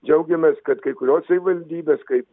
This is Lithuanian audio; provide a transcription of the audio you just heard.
džiaugiamės kad kai kurios savivaldybės kaip